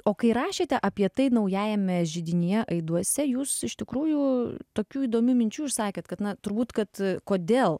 o kai rašėte apie tai naujajame židinyje aiduose jūs iš tikrųjų tokių įdomių minčių išsakėt kad na turbūt kad kodėl